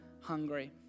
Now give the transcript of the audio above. hungry